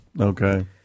okay